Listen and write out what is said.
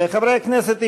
חברי הכנסת,